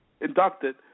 inducted